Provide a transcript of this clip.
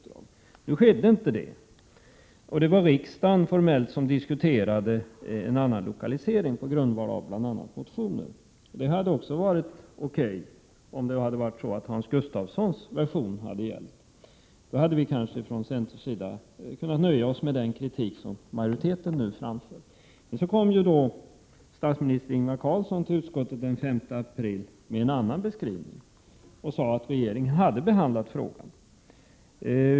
Det var formellt riksdagen som diskuterade en annan lokalisering på grundval av bl.a. motioner. Det hade också varit i sin ordning, om Hans Gustafssons version hade gällt. Då hade centern kanske kunnat nöja sig med den kritik som majoriteten nu framfört. Sedan kom statsminister Ingvar Carlsson till utskottet den 5 april och lämnade en annan beskrivning. Han sade att regeringen hade behandlat frågan.